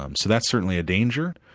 um so that's certainly a danger.